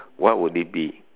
what would it be